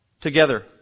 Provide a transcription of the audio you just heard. together